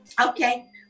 okay